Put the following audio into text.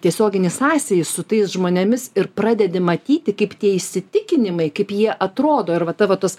tiesioginį sąsajį su tais žmonėmis ir pradedi matyti kaip tie įsitikinimai kaip jie atrodo ir va tavo tas